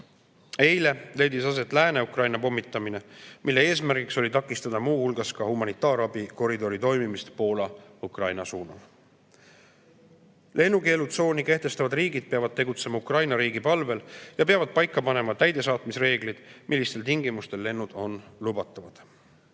Eile leidis aset Lääne-Ukraina pommitamine, mille eesmärk oli takistada muu hulgas ka humanitaarabikoridori toimimist Poola–Ukraina suunal. Lennukeelutsooni kehtestavad riigid peavad tegutsema Ukraina riigi palvel ja panema paika täidesaatmisreeglid, millistel tingimustel lennud on lubatavad.